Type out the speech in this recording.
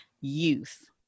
youth